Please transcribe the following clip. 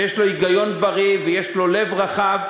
שיש לו היגיון בריא ויש לו לב רחב,